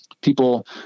People